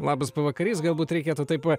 labas pavakarys galbūt reikėtų taip